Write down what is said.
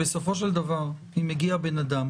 בסופו של דבר, כשמגיע בן אדם